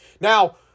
Now